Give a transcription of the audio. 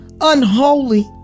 unholy